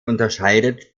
unterscheidet